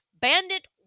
Bandit